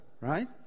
right